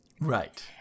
Right